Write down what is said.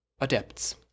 Adepts